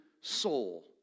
soul